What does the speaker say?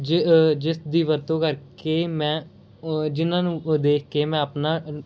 ਜੀ ਜਿਸ ਦੀ ਵਰਤੋਂ ਕਰਕੇ ਮੈਂ ਜਿਹਨਾਂ ਨੂੰ ਦੇਖ ਕੇ ਮੈਂ ਆਪਣਾ